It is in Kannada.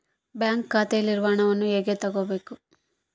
ಬ್ಯಾಂಕ್ ಖಾತೆಯಲ್ಲಿರುವ ಹಣವನ್ನು ಹೇಗೆ ತಗೋಬೇಕು?